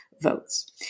votes